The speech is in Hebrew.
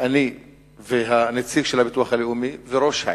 אני והנציג של הביטוח הלאומי וראש העיר,